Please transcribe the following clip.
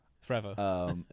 forever